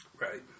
right